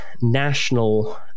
national